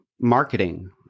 marketing